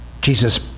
Jesus